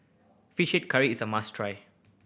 Fish Head Curry is a must try